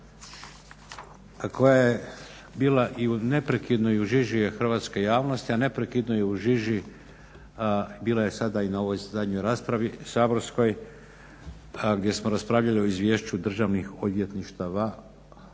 koja je bila i neprekidnoj, i u žiži je hrvatske javnosti, a neprekidno je u žiži, bila je sada i na ovoj zadnjoj raspravi saborskoj, gdje smo raspravljali o izvješću državnih odvjetništava o radu